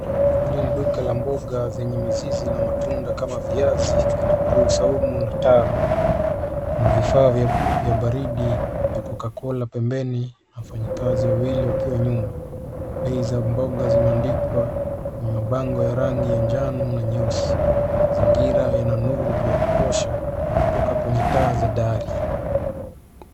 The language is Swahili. Hili ni duka la mboga zenye mizizi na matunda kama viazi, kitunguu saumu na taro, kuna vifaa vya baridi vya Coca-Cola pembeni . Wafanyakazi wawili wakiwa nyuma ,bei za mboga zimeandikwa kwenye mabango ya rangi ya njano na nyeusi, mazingira yana nuru ya kutosha kutoka kwenye taa za dari.